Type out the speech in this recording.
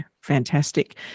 fantastic